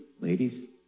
ladies